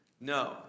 No